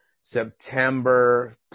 September